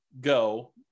go